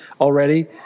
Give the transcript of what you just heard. already